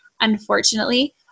unfortunately